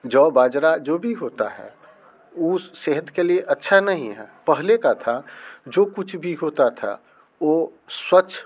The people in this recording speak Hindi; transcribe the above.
जौ बाजरा जो भी होता है वो सेहत के लिए अच्छा नहीं है पहले का था जो कुछ भी होता था वो स्वच्छ